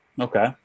Okay